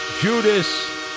judas